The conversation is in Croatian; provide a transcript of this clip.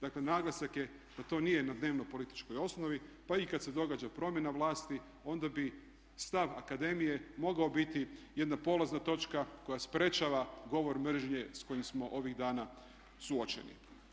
Dakle, naglasak je da to nije na dnevno-političkoj osnovi, pa i kad se događa promjena vlasti onda bi stav akademije mogao biti jedna polazna točka koja sprječava govor mržnje s kojim smo ovih dana suočeni.